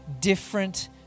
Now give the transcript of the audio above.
different